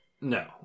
no